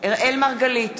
אראל מרגלית,